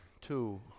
two